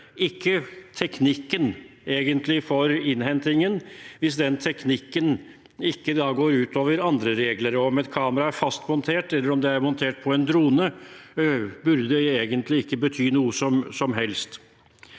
ikke teknikken for innhentingen – hvis ikke da den teknikken går ut over andre regler. Om et kamera er fastmontert eller montert på en drone, burde egentlig ikke bety noe som helst.